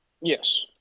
yes